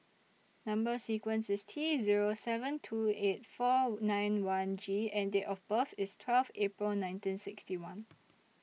Number sequence IS T Zero seven two eight four nine one G and Date of birth IS twelve April nineteen sixty one